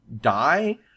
die